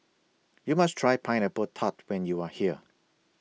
YOU must Try Pineapple Tart when YOU Are here